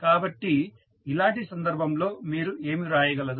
కాబట్టి ఇలాంటి సందర్భంలో మీరు ఏమి రాయగలరు